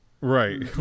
right